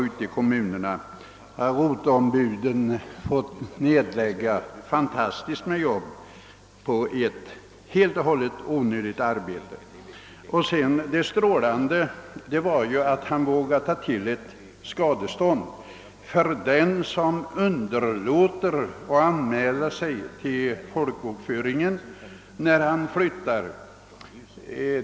Ute i kommunerna har roteombuden fått nedlägga fantastiskt mycken möda på ett helt och hållet onödigt arbete. Det strålande i reformen var ju att finansministern vågade ta till ett ordentligt bötesbelopp för den som underlåter att anmäla sig till folkbokföringen när han flyttar.